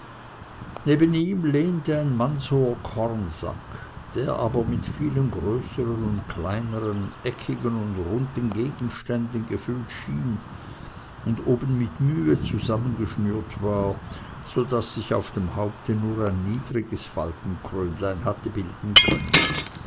neben ihm lehnte ein mannshoher kornsack der aber mit vielen größeren und kleineren eckigen und runden gegenständen gefüllt schien und oben mit mühe zusammengeschnürt war so daß sich auf dem haupte nur ein niedriges faltenkrönlein hatte bilden können